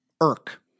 irk